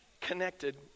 connected